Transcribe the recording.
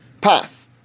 pass